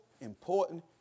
important